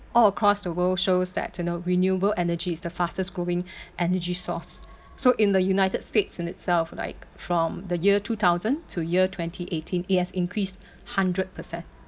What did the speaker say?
all across the world shows that you know renewable energy is the fastest growing energy source so in the united states in itself like from the year two thousand to year twenty eighteen it has increased hundred percent